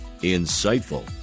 insightful